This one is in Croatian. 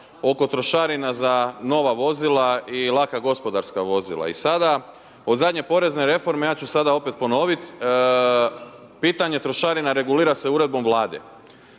oko trošarina za nova vozila i laka gospodarska vozila i sada od zadnje porezne reforme ja ću sada opet ponovit, pitanje trošarina regulira se uredbom Vlade.